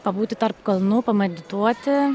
pabūti tarp kalnų pamedituoti